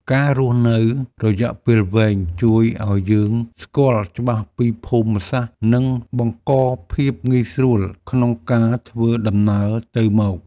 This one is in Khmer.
ការរស់នៅរយៈពេលវែងជួយឱ្យយើងស្គាល់ច្បាស់ពីភូមិសាស្ត្រនិងបង្កភាពងាយស្រួលក្នុងការធ្វើដំណើរទៅមក។